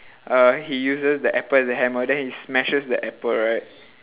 uh he uses the apple as a hammer then he smashes the apple right